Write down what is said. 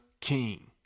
king